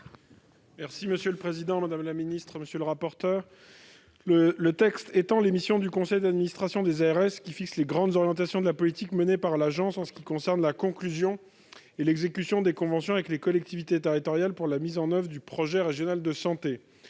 Genet, pour présenter l'amendement n° 201 rectifié Le présent texte étend les missions du conseil d'administration des ARS, qui fixe les grandes orientations de la politique menée par l'agence, en ce qui concerne la conclusion et l'exécution de conventions avec les collectivités territoriales pour la mise en oeuvre du projet régional de santé.